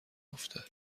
افته